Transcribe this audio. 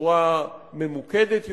בצורה ממוקדת יותר,